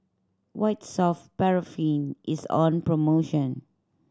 White Soft Paraffin is on promotion